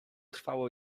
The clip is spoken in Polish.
trwało